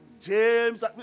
James